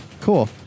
cool